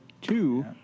Two